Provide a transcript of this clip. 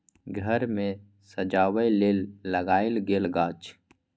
घर मे सजबै लेल लगाएल गेल गाछ